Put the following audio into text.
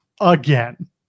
again